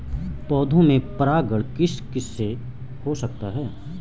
पौधों में परागण किस किससे हो सकता है?